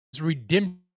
redemption